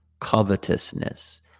covetousness